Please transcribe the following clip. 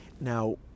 Now